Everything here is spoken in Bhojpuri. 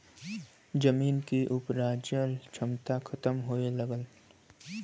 जमीन के उपराजल क्षमता खतम होए लगल